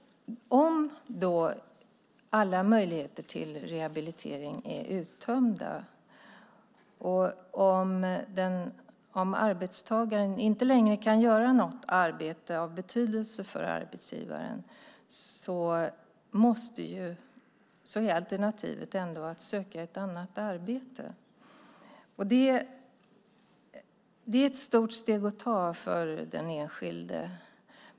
Om alla möjligheter till rehabilitering är uttömda och om arbetstagaren inte längre kan göra något arbete av betydelse för arbetsgivaren så är alternativet att söka ett annat arbete. Det är ett stort steg att ta för den enskilde.